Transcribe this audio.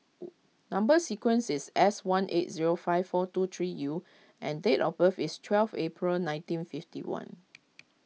Number Sequence is S one eight zero five four two three U and date of birth is twelve April nineteen fifty one